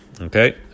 Okay